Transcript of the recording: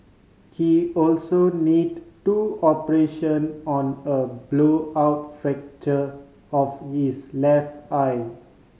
he also need two operation on a blowout fracture of his left eye